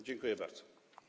Dziękuję bardzo.